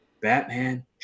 Batman